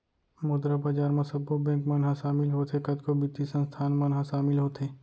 मुद्रा बजार म सब्बो बेंक मन ह सामिल होथे, कतको बित्तीय संस्थान मन ह सामिल होथे